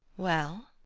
well!